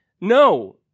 No